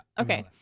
Okay